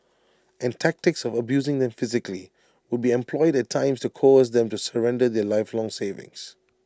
and tactics of abusing them physically would be employed at times to coerce them to surrender their lifelong savings